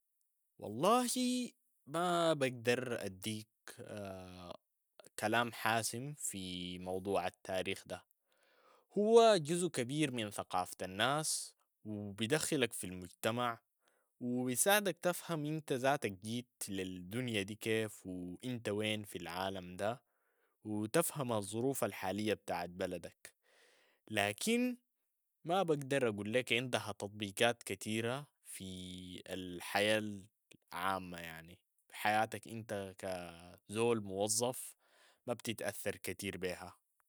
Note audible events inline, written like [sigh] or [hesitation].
والله ما بقدر أديك [hesitation] كلام حاسم في موضوع التاريخ ده. هو جزء كبير من ثقافة الناس وبدخلك في المجتمع وبساعدك تفهم أنت ذاتك جيت للدنية دي كيف و انت وين في العالم ده وتفهم الظروف الحالية بتاعت بلدك، لكن ما بقدر أقول ليك عندها تطبيقات كتيرة في الحياة العامة يعني حياتك أنت ك- [hesitation] زول موظف ما بتتأثر كتير بيها.